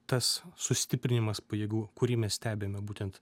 tas sustiprinimas pajėgų kurį mes stebime būtent